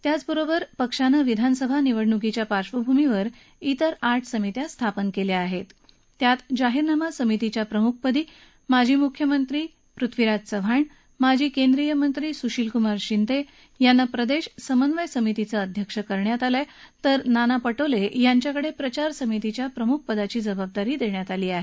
याबरोबरचं पक्षानं विधानसभा निवडणुकीच्या पार्श्वभूमीवर अन्य आठ समित्या स्थापन केल्या आहेत यामध्ये जाहीरनामा समितीच्या प्रमुखपदी माजी मुख्यमंत्री पृथ्वीराज चव्हाण माजी केंद्रीय मंत्री सुशीलकुमार शिंदे यांना प्रदेश समन्वय समितीचं अध्यक्ष करण्यात आलं आहे तर नाना पटोले यांच्याकडे प्रचार समितीच्या प्रमुख पदाची जबाबदारी देण्यात आली आहे